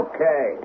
Okay